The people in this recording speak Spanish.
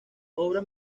obras